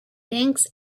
banks